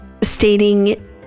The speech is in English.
stating